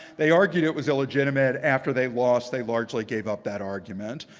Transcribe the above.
they argued it was illegitimate. after they lost, they largely gave up that argument.